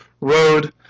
Road